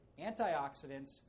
Antioxidants